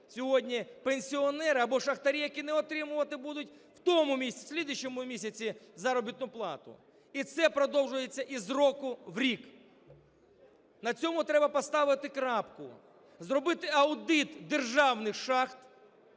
сьогодні пенсіонер або шахтарі, які не отримувати будуть в тому місяці, в слідуючому місяці заробітну плату? І це продовжується із року в рік. На цьому треба поставити крапку, зробити аудит державних шахт